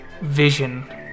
vision